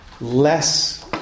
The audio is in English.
less